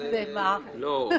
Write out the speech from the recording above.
לא,